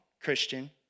Christian